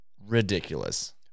ridiculous